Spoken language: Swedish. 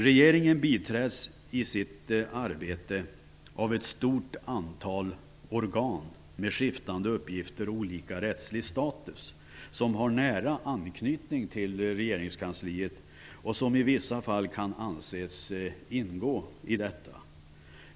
Regeringen biträds i sitt arbete av ett stort antal organ med skiftande uppgifter och olika rättslig status, som har nära anknytning till regeringskansliet och som i vissa fall kan anses ingå i det.